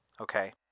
okay